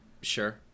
Sure